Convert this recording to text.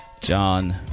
John